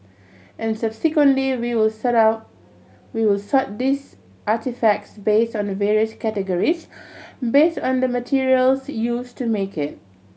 and subsequently we will set out we will sort these artefacts based on the various categories based on the materials used to make it